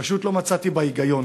פשוט לא מצאתי בה היגיון.